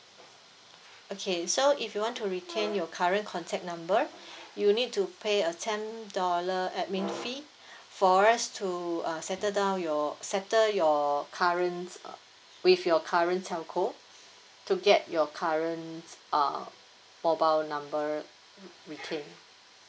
okay so if you want to retain your current contact number you will need to pay a ten dollar admin fee for us to uh settle down your settle your current with your current telco to get your current uh mobile number retain